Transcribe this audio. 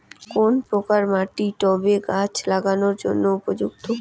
কোন প্রকার মাটি টবে গাছ লাগানোর জন্য উপযুক্ত?